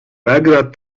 belgrad